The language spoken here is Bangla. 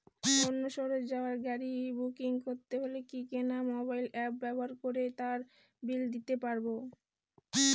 অন্য শহরে যাওয়ার গাড়ী বুকিং করতে হলে কি কোনো মোবাইল অ্যাপ ব্যবহার করে তার বিল দিতে পারব?